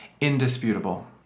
indisputable